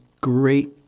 great